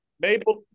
mabel